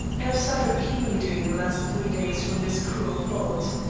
i have suffered keenly during the last three days from this cruel thought.